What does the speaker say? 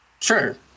Sure